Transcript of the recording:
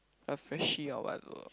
a Freshy or what though